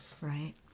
right